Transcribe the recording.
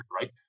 right